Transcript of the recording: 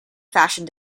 fashion